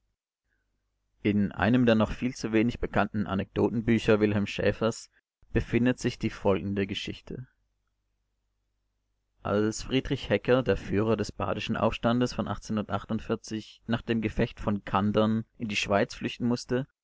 in einem der noch viel zu wenig bekannten anekdotenbücher wilhelm schäfers befindet sich die folgende geschichte als friedrich hecker der führer des badischen aufstandes von nach dem gefecht von kandern in die schweiz flüchten mußte